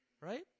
right